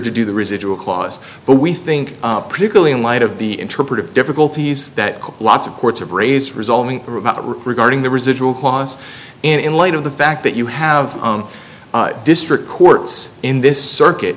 to do the residual clause but we think particularly in light of the interpretive difficulties that lots of courts have raise resolving regarding the residual clause in light of the fact that you have district courts in this circuit